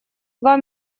два